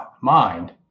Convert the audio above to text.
mind